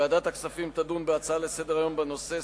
ועדת הכספים תדון בהצעה לסדר-היום בנושא: